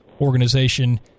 organization